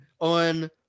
on